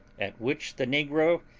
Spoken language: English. at which the negro,